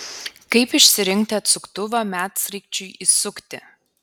kaip išsirinkti atsuktuvą medsraigčiui įsukti